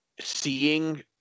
seeing